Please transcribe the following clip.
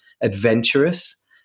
adventurous